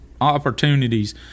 opportunities